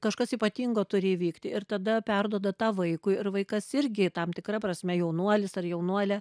kažkas ypatingo turi įvykti ir tada perduoda tą vaikui ir vaikas irgi tam tikra prasme jaunuolis ar jaunuolė